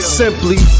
simply